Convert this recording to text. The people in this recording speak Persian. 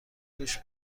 دوش